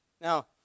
Now